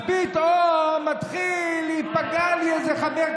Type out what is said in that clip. אבל יש לך חצי,